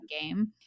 game